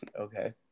Okay